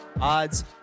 odds